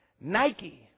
Nike